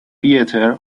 theater